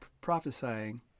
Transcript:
prophesying